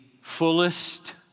fullest